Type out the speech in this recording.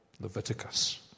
Leviticus